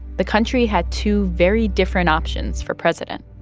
the country had two very different options for president.